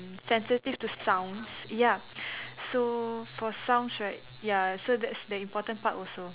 um sensitive to sounds ya so for sounds right ya so that's the important part also